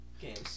games